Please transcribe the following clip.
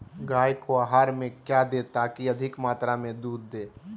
गाय को आहार में क्या दे ताकि अधिक मात्रा मे दूध दे?